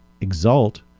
Exalt